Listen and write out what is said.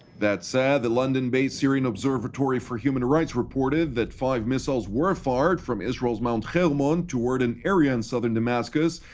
that said, the london-based syrian observatory for human rights reported that five missiles were fired from israel's mount hermon toward an area in southern damascus,